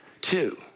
two